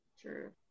True